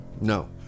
No